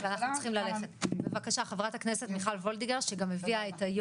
צריך לתמרץ וצריך לעודד שאנשים באמת יוכלו להגיע לתחום